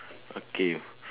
okay